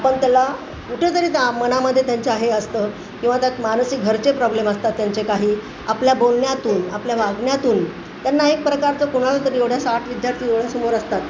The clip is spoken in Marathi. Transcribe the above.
आपण त्याला कुठेतरी ता मनामध्ये त्यांचे हे असतं किंवा त्यात मानसिक घरचे प्रॉब्लेम असतात त्यांचे काही आपल्या बोलण्यातून आपल्या वागण्यातून त्यांना एक प्रकारचं कोणाला तरी एवढ्या साठ विद्यार्थी डोळ्यासमोर असतात